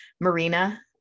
Marina